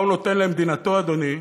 מה הוא נותן למדינתו, אדוני,